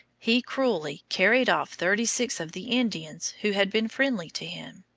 he cruelly carried off thirty-six of the indians who had been friendly to him.